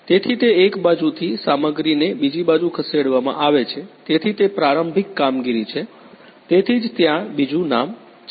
તેથી તે એક બાજુથી સામગ્રી ને બીજી બાજુ ખસેડવામાં આવે છે તેથી તે પ્રારંભિક કામગીરી છે તેથી જ ત્યાં બીજું નામ છે